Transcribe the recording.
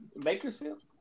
Bakersfield